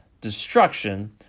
destruction